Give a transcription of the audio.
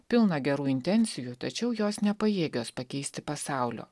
pilna gerų intencijų tačiau jos nepajėgios pakeisti pasaulio